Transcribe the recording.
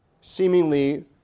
seemingly